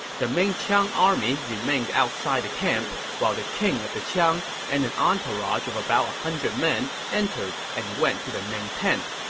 the main qiang army remained outside the camp, while the king of qiang and an entourage of about a hundred men entered and went to the main tent.